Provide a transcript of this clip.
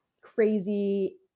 crazy